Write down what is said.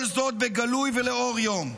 כל זאת בגלוי ולאור יום,